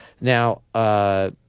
Now –